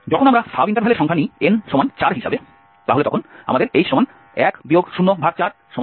যখন আমরা সাবইন্টারভালের সংখ্যা নিই n4 হিসাবে তাহলে তখন আমাদের h1 0414